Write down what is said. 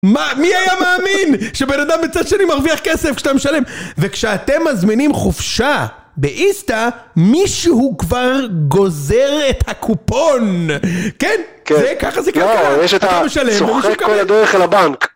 מה? מי היה מאמין שבן אדם בצד שני מרוויח כסף כשאתה משלם? וכשאתם מזמינים חופשה באיסתא, מישהו כבר גוזר את הקופון. כן? זה, ככה זה קרה כשאתה משלם. יש את הצוחק כל הדרך אל הבנק.